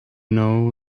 know